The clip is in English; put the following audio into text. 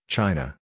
China